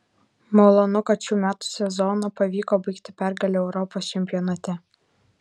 malonu kad šių metų sezoną pavyko baigti pergale europos čempionate